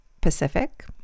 Pacific